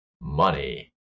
money—